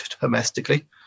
domestically